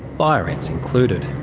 fire ants included.